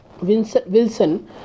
Wilson